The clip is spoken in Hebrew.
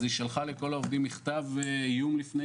היא שלחה לכל העובדים מכתב איום לפני